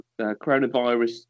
coronavirus